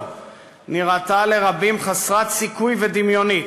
נראתה לרבים חסרת סיכוי ודמיונית.